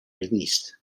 released